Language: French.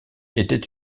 était